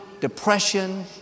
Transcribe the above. depression